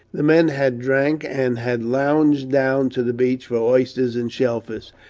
the men had drank, and had lounged down to the beach for oysters and shell fish.